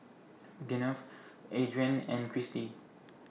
Gwyneth Adrianne and Cristi